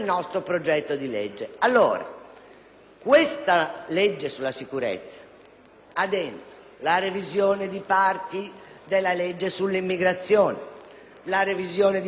La legge sulla sicurezza ha in sé la revisione di parti della legge sull'immigrazione, la revisione di parti consistenti del codice penale.